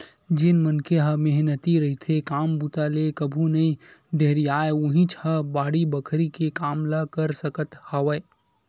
जेन मनखे ह मेहनती रहिथे, काम बूता ले कभू नइ ढेरियावय उहींच ह बाड़ी बखरी के काम ल कर सकत हवय